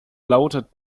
lautet